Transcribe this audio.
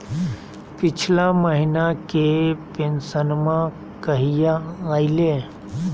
पिछला महीना के पेंसनमा कहिया आइले?